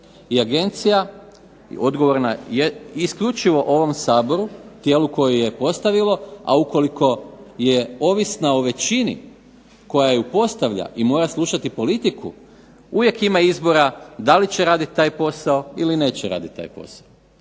i agencija je odgovorna isključivo ovom Saboru, tijelu koje ju je postavilo, a ukoliko je ovisna o većini koja je postavlja i mora slušati politiku, uvijek ima izbora da li će raditi taj posao ili neće raditi taj posao.